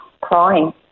crying